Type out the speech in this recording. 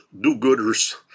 do-gooders